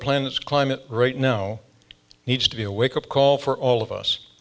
planet's climate right now needs to be a wake up call for all of us